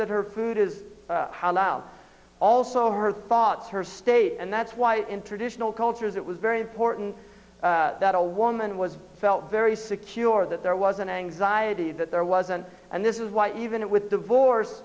that her food is allowed also her thoughts her state and that's why in traditional cultures it was very important that a woman was felt very secure that there was an anxiety that there wasn't and this is why even with divorce